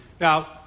Now